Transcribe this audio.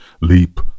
Leap